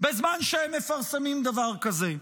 בזמן שהם מפרסמים דבר כזה?